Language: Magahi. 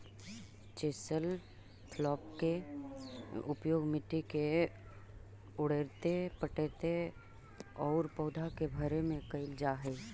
चेसल प्लॉफ् के उपयोग मट्टी के उलऽटे पलऽटे औउर पौधा के भरे में कईल जा हई